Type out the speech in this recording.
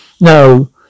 No